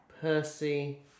Percy